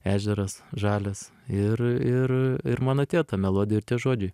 ežeras žalias ir ir ir man atėjo ta melodija ir tie žodžiai